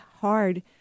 hard